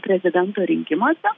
prezidento rinkimuose